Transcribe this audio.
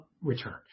return